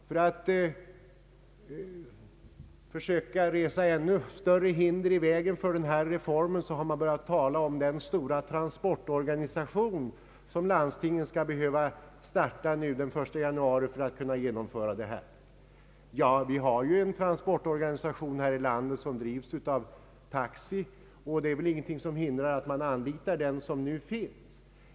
För att försöka resa ännu större hinder för denna reform har man börjat tala om den stora transportorganisation som landstingen skulle behöva starta den 1 januari för att kunna genomföra reformen. Vi har ju en transportorganisation här i landet som drivs av Taxi, och det är ingenting som hindrar att man anlitar den organisation som nu finns.